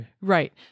right